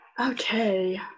Okay